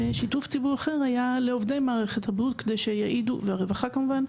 ושיתוף ציבור אחר היה לעובדי מערכת הבריאות והרווחה כמובן,